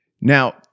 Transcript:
Now